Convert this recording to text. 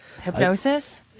hypnosis